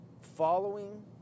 following